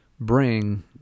bring